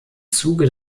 zuge